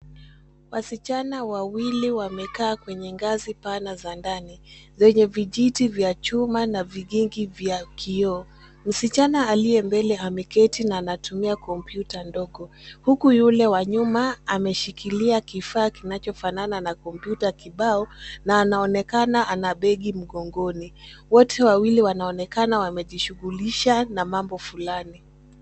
Wasichana wawili wamekaa kwenye ngazi pana za ndani zenye vijiti vya chuma na vigingi vya kioo. Msichana aliye mbele ameketi na anatumia kompyuta ndogo huku yule wa nyuma ameshikilia kifaa kinachofanana na kompyuta kibao na anaonekana ana begi mgongoni. Wote wawili wanaonekana wamejishughulisha na mambo fulani.